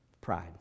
Pride